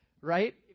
Right